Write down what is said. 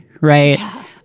right